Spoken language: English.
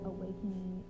Awakening